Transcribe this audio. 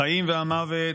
החיים והמוות,